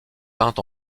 peintes